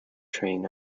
train